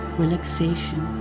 relaxation